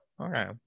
Okay